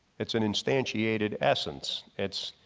it's an instantiated essence. it's